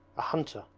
a hunter,